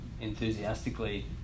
enthusiastically